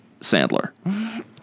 Sandler